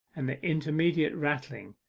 and the intermediate rattling,